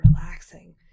relaxing